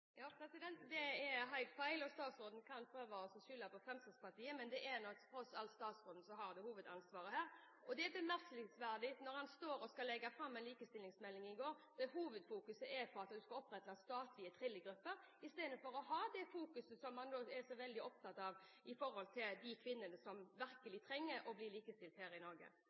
Det er helt feil. Statsråden kan prøve å skylde på Fremskrittspartiet, men det er nå tross alt statsråden som har hovedansvaret her. Og det er bemerkelsesverdig at han la fram en likestillingsmelding i går der hovedfokuset er på å opprette statlige trillegrupper, istedenfor å fokusere på det man er så veldig opptatt av, som gjelder de kvinnene som virkelig trenger å bli likestilt her i Norge.